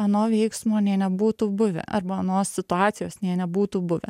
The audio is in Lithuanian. ano veiksmo nė nebūtų buvę arba anos situacijos nė nebūtų buvę